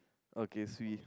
okay sweet